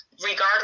regardless